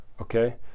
okay